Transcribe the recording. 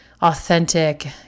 authentic